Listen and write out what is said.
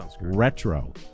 retro